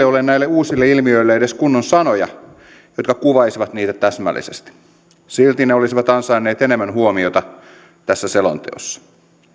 ole näille uusille ilmiöille edes kunnon sanoja jotka kuvaisivat niitä täsmällisesti silti ne olisivat ansainneet enemmän huomiota tässä selonteossa